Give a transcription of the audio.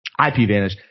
IPVanish